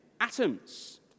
atoms